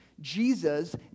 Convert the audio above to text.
Jesus